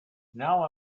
now